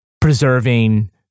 preserving